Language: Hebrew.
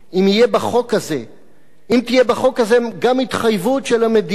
אם תהיה בחוק הזה גם התחייבות של המדינה,